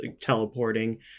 teleporting